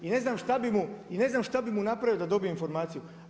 I ne znam šta bi mu i ne znam šta bi mu napravio da dobim informaciju.